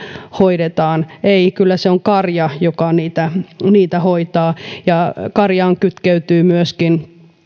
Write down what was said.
hoidetaan ei kyllä se on karja joka niitä niitä hoitaa karjaan kytkeytyy myöskin